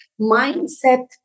mindset